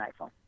iPhone